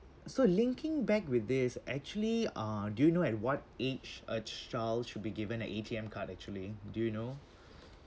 so linking back with this actually uh do you know at what age a child should be given a A_T_M card actually do you know